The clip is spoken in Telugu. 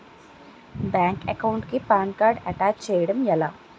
బ్యాంక్ అకౌంట్ కి పాన్ కార్డ్ అటాచ్ చేయడం ఎలా?